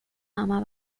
ama